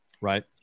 Right